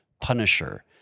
punisher